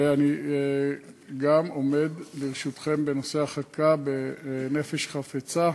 ואני גם עומד לרשותכם בנושא החקיקה בנפש חפצה,